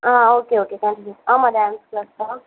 ஆ okay okay ஆமாம் dance class தான்